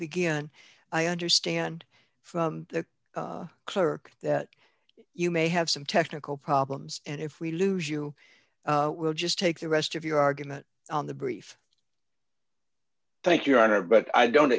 begin i understand from the clerk that you may have some technical problems and if we lose you will just take the rest of your argument on the brief thank your honor but i don't